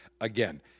again